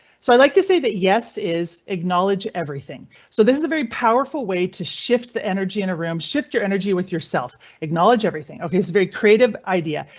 so i'd like to say that yes is acknowledge everything. so this is a very powerful way to shift the energy in a room. shift your enerji with yourself, acknowledge everything. ok, it's very creative idea,